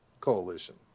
coalition